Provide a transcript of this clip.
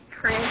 Chris